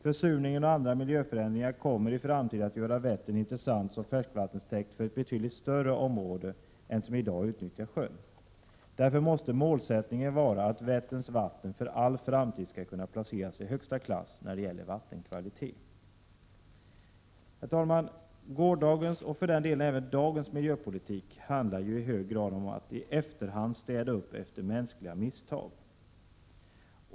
Försurningen och andra miljöförändringar kommer i framtiden att göra Vättern intressant som färskvattenstäkt för ett betydligt större område än som i dag utnyttjar sjön. Därför måste målsättningen vara att Vätterns vatten för all framtid skall kunna placeras i högsta klass när det gäller vattenkvalitet. Gårdagens och för den delen även dagens miljöpolitik handlar ju i hög grad om att i efterhand städa upp efter mänskliga misstag.